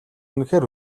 үнэхээр